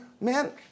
man